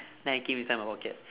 then I keep inside my pocket